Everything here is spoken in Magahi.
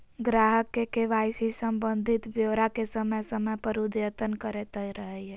ग्राहक के के.वाई.सी संबंधी ब्योरा के समय समय पर अद्यतन करैयत रहइ